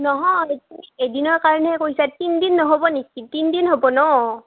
নহয় এদিনৰ কাৰণেহে কৈছা তিনিদিন নহ'ব নেকি তিনিদিন হ'ব ন